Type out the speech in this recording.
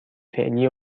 فعلی